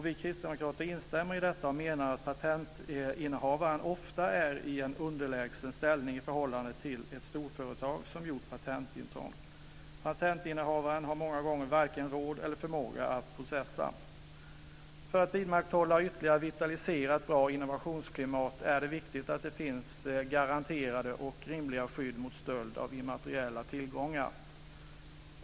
Vi kristdemokrater instämmer i detta och menar att patentinnehavaren ofta är i en underlägsen ställning i förhållande till ett storföretag som gjort patentintrång. Patentinnehavaren har många gånger varken råd eller förmåga att processa. För att vidmakthålla och ytterligare vitalisera ett bra innovationsklimat är det viktigt att det finns garanterade och rimliga skydd mot stöld av immateriella tillgångar.